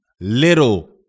little